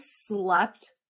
slept